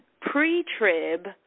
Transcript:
Pre-trib